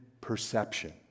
perception